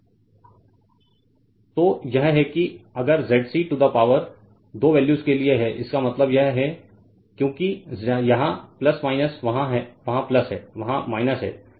Refer Slide Time 0903 Refer Slide Time 0909 तो यह है कि अगर ZC टू दा पावर दो वैल्यूज के लिए है इसका मतलब यह है क्योंकि यहाँ वहाँ है वहाँ है